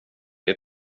det